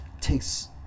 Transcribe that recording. takes